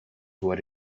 what